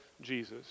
Jesus